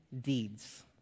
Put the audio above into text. deeds